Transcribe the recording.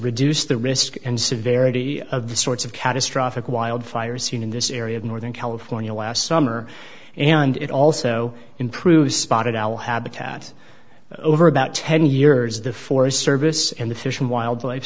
reduce the risk and severity of the sorts of catastrophic wildfires in this area of northern california last summer and it also improves spotted owl habitat over about ten years the forest service and the fish and wildlife